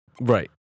Right